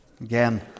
Again